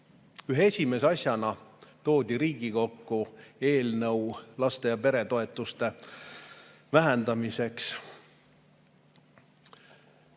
Ühe esimese asjana toodi Riigikokku eelnõu laste‑ ja peretoetuste vähendamiseks.